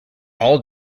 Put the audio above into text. all